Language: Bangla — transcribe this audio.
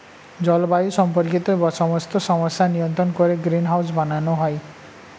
জলবায়ু সম্পর্কিত সমস্ত সমস্যা নিয়ন্ত্রণ করে গ্রিনহাউস বানানো হয়